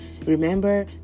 Remember